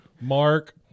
Mark